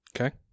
Okay